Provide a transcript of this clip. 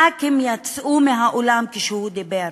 ח"כים יצאו מהאולם כשהוא דיבר.